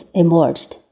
emerged